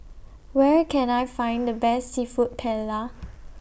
Where Can I Find The Best Seafood Paella